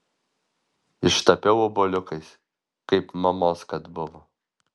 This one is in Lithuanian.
ištapiau obuoliukais kaip mamos kad buvo